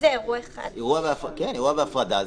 בהפרדה?